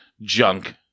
junk